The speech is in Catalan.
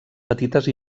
petites